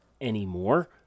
anymore